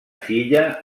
filla